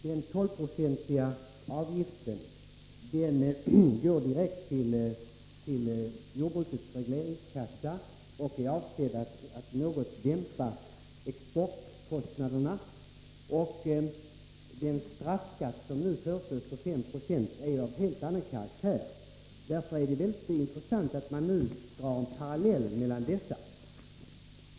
Den 12-procentiga avgiften går direkt till jordbrukets regleringskassa och är avsedd att något dämpa exportkostnaderna. Den straffskatt på 5 20 som nu föreslås är av helt annan karaktär. Därför är det väldigt intressant att man nu drar paralleller mellan dessa.